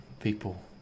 people